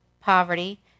poverty